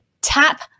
tap